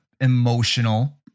emotional